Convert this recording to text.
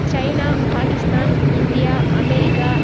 China Pakistan India America